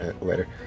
later